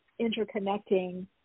interconnecting